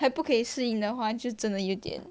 还不可以适应的话还真的有点